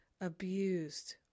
abused